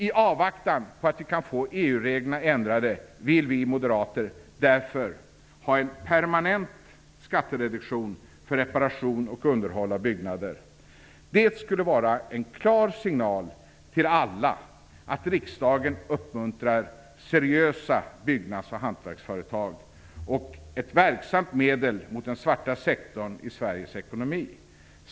I avvaktan på att vi kan få EU-reglerna ändrade vill vi moderater därför ha en permanent skattereduktion för reparation och underhåll av byggnader. Det skulle vara en klar signal till alla att riksdagen uppmuntrar seriösa byggnads och hantverksföretag och ett verksamt medel mot den svarta sektorn i Sveriges ekonomi.